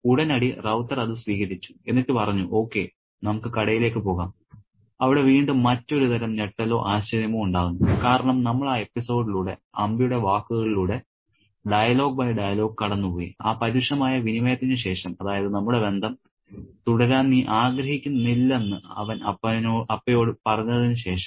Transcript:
ഉടനടി റൌത്തർ അത് സ്വീകരിച്ചു എന്നിട്ട് പറഞ്ഞു ഓക്കേ നമുക്ക് കടയിലേക്ക് പോകാം അവിടെ വീണ്ടും മറ്റൊരുതരം ഞെട്ടലോ ആശ്ചര്യമോ ഉണ്ടാകുന്നു കാരണം നമ്മൾ ആ എപ്പിസോഡിലൂടെ അമ്പിയുടെ വാക്കുകളിലൂടെ ഡയലോഗ് ബൈ ഡയലോഗ് കടന്നുപോയി ആ പരുഷമായ വിനിമയത്തിന് ശേഷം അതായത് നമ്മുടെ ബന്ധം തുടരാൻ നീ ആഗ്രഹിക്കുന്നില്ലെന്ന് അവൻ അപ്പയോട് പറഞ്ഞതിനു ശേഷം